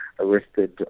arrested